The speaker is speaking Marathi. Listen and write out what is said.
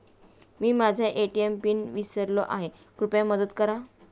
मी माझा ए.टी.एम पिन विसरलो आहे, कृपया मदत करा